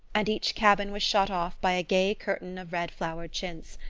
and each cabin was shut off by a gay curtain of red-flowered chintz.